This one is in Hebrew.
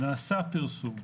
נעשה פרסום.